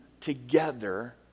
together